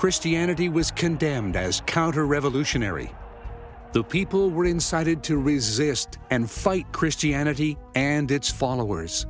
christianity was condemned as counter revolutionary the people were incited to resist and fight christianity and its followers